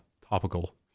topical